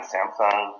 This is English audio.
Samsung